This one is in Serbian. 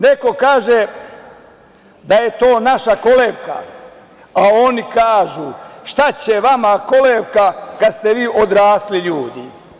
Neko kaže da je to naša kolevka, a oni kažu – šta će vama kolevka kad ste vi odrasli ljudi?